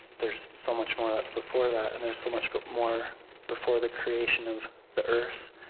there's so much more that's before that, and there's so much but more before the creation of the earth,